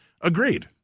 Agreed